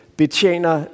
betjener